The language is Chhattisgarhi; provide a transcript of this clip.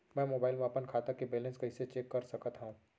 मैं मोबाइल मा अपन खाता के बैलेन्स कइसे चेक कर सकत हव?